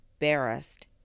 embarrassed